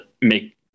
make